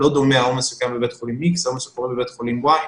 לא דומה העומס שקיים בבית חולים X לעומס שקורה בבית חולים Y,